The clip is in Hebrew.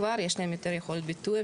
יש להם יותר יכולת ביטוי,